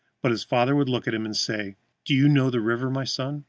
but his father would look at him and say do you know the river, my son?